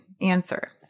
answer